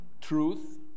truth